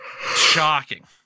shocking